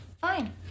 fine